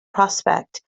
prospect